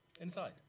Inside